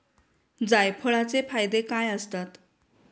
जायफळाचे फायदे काय असतात?